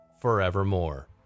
forevermore